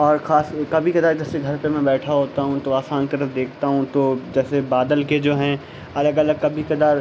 اور خاص کبھی کبھار جیسے گھر پہ میں بیٹھا ہوتا ہوں تو آسمان کی طرف دیکھتا ہوں تو جیسے بادل کے جو ہیں الگ الگ کبھی کبھار